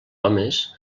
homes